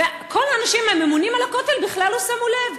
וכל האנשים הממונים על הכותל בכלל לא שמו לב.